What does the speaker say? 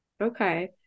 Okay